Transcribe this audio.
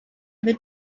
away